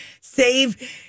save